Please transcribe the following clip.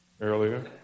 earlier